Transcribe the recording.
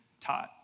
taught